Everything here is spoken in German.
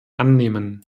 annehmen